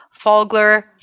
Fogler